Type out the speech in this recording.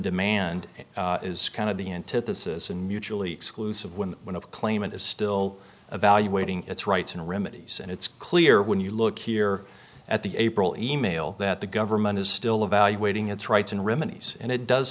demand is kind of the antithesis and mutually exclusive when one of the claimant is still evaluating its rights and remedies and it's clear when you look here at the april email that the government is still evaluating its rights and remedies and it does